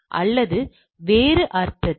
அல்லது வேறு அர்த்தத்தில்